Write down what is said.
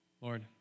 Lord